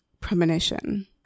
premonition